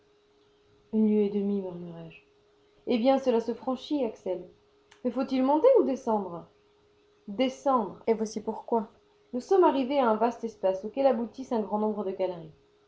une lieue et demie murmurai-je eh bien cela se franchit axel mais faut-il monter ou descendre descendre et voici pourquoi nous sommes arrivés à un vaste espace auquel aboutissent un grand nombre de galeries